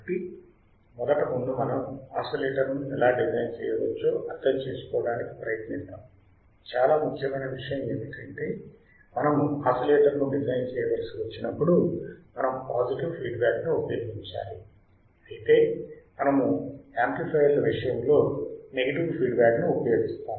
కాబట్టి మొదట ముందు మనం ఆసిలేటర్ను ఎలా డిజైన్ చేయవచ్చో అర్థం చేసుకోవడానికి ప్రయత్నిద్దాం చాలా ముఖ్యమైన విషయం ఏమిటంటే మనము ఆసిలేటర్ను డిజైన్ చేయవలసి వచ్చినప్పుడు మనం పాజిటివ్ ఫీడ్ బ్యాక్ ని ఉపయోగించాలి ఐతే మనము యామ్ప్లిఫయర్ల విషయములో నెగెటివ్ ఫీడ్ బ్యాక్ ని ఉపయోగిస్తాము